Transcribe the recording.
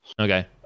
Okay